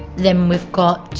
then we've got